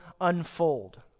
unfold